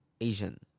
Asian